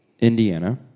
Indiana